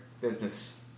business